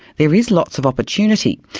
there is lots of opportunity.